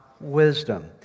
wisdom